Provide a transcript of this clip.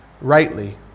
rightly